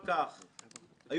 הכנסת נכשלה בזה.